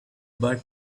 butt